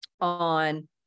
on